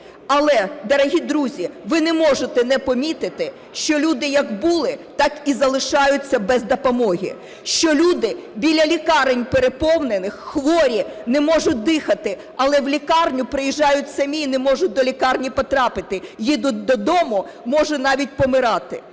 Але, дорогі друзі, ви не можете не помітити, що люди як були, так і залишаються без допомоги, що люди біля лікарень переповнених хворі, не можуть дихати, але в лікарню приїжджають самі і не можуть до лікарні потрапити, їдуть додому, може навіть помирати.